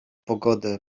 pogodę